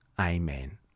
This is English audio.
Amen